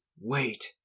wait